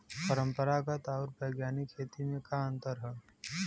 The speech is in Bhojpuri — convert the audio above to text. परंपरागत आऊर वैज्ञानिक खेती में का अंतर ह?